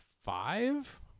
five